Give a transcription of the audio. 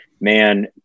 man